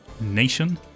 Nation